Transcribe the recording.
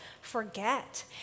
forget